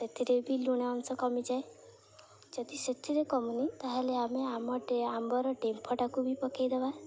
ସେଥିରେ ବି ଲୁଣ ଅଂଶ କମିଯାଏ ଯଦି ସେଥିରେ କମୁନି ତା'ହେଲେ ଆମେ ଆମ ଆମ୍ବର ଡେମ୍ଫଟାକୁ ବି ପକାଇ ଦବା